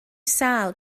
sâl